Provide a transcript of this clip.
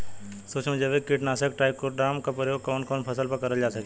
सुक्ष्म जैविक कीट नाशक ट्राइकोडर्मा क प्रयोग कवन कवन फसल पर करल जा सकेला?